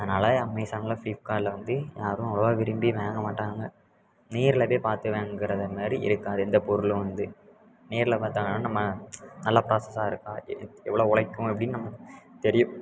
அதனால் அமேஸானில் ஃப்ளிப்கார்ட்டில் வந்து யாரும் அவ்வளவா விரும்பி வாங்கமாட்டாங்க நேரில் போய் பார்த்து வாங்குறத மாதிரி இருக்காது எந்த பொருளும் வந்து நேரில் பார்த்து வாங்கினா நம்ம நல்லா ப்ராசஸாக இருக்கா எவ்வளோ உழைக்கும் அப்படின்னு நம்மளுக்கு தெரியும்